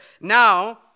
Now